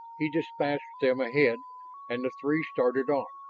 he dispatched them ahead and the three started on,